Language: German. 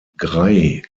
gray